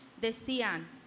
decían